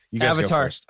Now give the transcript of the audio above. Avatar